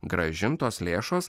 grąžintos lėšos